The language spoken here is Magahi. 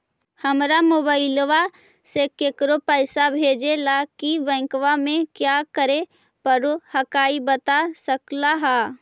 हमरा मोबाइलवा से केकरो पैसा भेजे ला की बैंकवा में क्या करे परो हकाई बता सकलुहा?